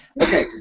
Okay